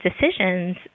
decisions